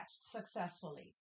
successfully